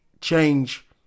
change